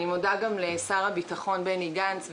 אני מודה לשר הביטחון בני גנץ,